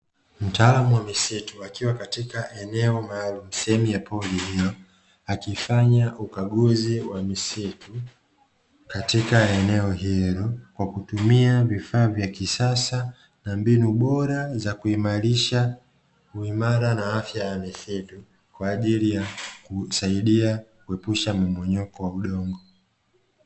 Mtaalamu wa misitu akiwa katika eneo maalumu sehemu ya pori hilo akifanya ukaguzi wa misitu katika eneo hilo, kwa kutumia vifaa vya kisasa na mbinu bora za kuimarisha uimara na afya ya misitu kwa ajili ya kusaidia kuepusha mmomonyoko wa udongo.